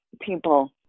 people